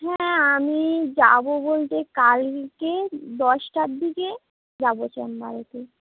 হ্যাঁ আমি যাব বলতে কালকে দশটার দিকে যাব চেম্বারেতে